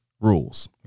rules